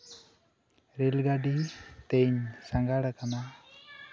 rail ᱜᱟᱰᱤ ᱛᱮᱹᱧ ᱥᱟᱸᱜᱷᱟᱨᱟᱠᱟᱱᱟ